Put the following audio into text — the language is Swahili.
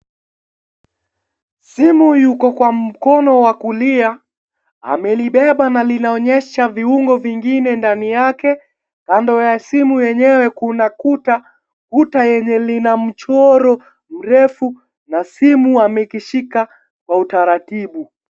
Simu yumo kwa mkono wa kulia. Amelibeba na linaonyesha viungo vingine ndani yake. Kando ya simu yenyewe kuna kuta yenye lina mchoro mrefu na simu amelishika kwa utaratibu.